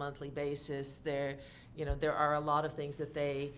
monthly basis their you know there are a lot of things that they